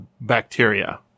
bacteria